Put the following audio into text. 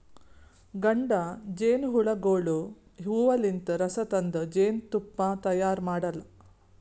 ಗಂಡ ಜೇನಹುಳಗೋಳು ಹೂವಲಿಂತ್ ರಸ ತಂದ್ ಜೇನ್ತುಪ್ಪಾ ತೈಯಾರ್ ಮಾಡಲ್ಲಾ